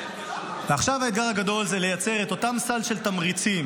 עכשיו האתגר הגדול זה לייצר את אותו סל של תמריצים